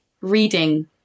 reading